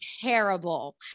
Terrible